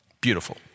beautiful